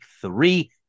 three